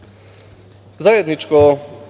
delatnosti. Zajedničko